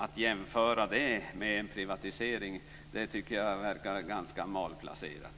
Att jämföra det med en privatisering tycker jag verkar ganska malplacerat.